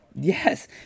Yes